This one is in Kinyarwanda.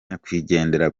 nyakwigendera